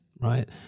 Right